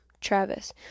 Travis